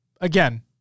again